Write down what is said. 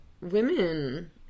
women